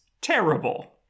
terrible